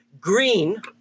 Green